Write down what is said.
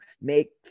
make